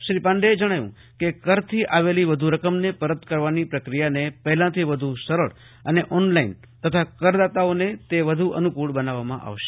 શ્રી પાંડેએ જજ્ઞાવ્યું કે કરથી આવેલી વધુ રકમને પરત કરવાની પ્રક્રિયાને પહેલાથી વધુ સરળ અને ઓનલાઇન તથા કરદાતાઓ તે અનુકૂળ બનાવવામાં આવશે